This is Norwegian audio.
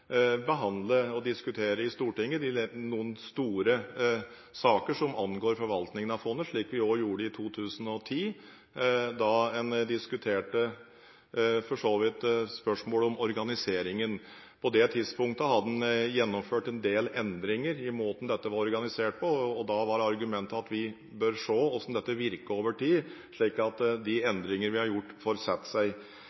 behandler og diskuterer i Stortinget noen store saker som angår forvaltningen av fondet, slik vi også gjorde det i 2010 da en diskuterte spørsmålet om organiseringen. På det tidspunktet hadde en gjennomført en del endringer i måten dette var organisert på, og da var argumentet at vi bør se hvordan dette virker over tid, slik at